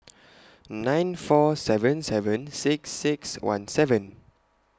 nine four seven seven six six one seven